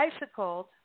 bicycled